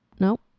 Nope